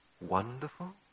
wonderful